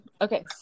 Okay